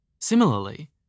Similarly